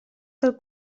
del